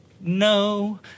No